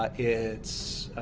ah it's